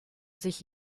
sich